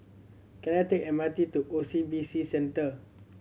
can I take M R T to O C B C Centre